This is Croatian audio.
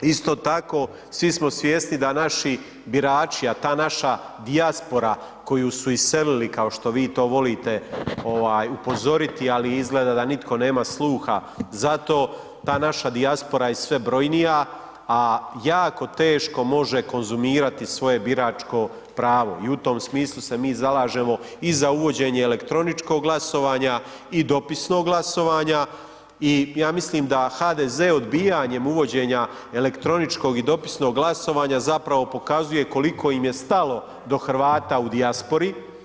Isto tako, svi smo svjesni da naši birači a ta naša dijaspora koju su iselili kao što vi to volite upozoriti ali izgleda da nitko nema sluha za to, ta naša dijaspora je sve brojnija a jako teško može konzumirati svoje biračko pravo i u tom smislu se mi zalažemo i za uvođenje elektroničkog glasovanja i dopisnog glasovanja i ja mislim da HDZ odbijanjem uvođenja elektroničkog i dopisnog glasovanja zapravo pokazuje koliko im je stalo do Hrvata u dijaspori.